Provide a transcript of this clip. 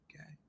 Okay